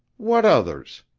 what others?